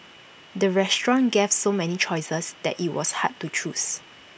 the restaurant gave so many choices that IT was hard to choose